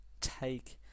take